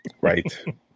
right